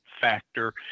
factor